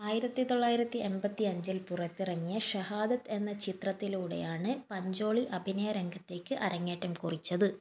ആയിരത്തിതൊള്ളായിരത്തി എൺപത്തിയഞ്ചിൽ പുറത്തിറങ്ങിയ ഷഹാദത്ത് എന്ന ചിത്രത്തിലൂടെയാണ് പഞ്ചോളി അഭിനയ രംഗത്തേക്ക് അരങ്ങേറ്റം കുറിച്ചത്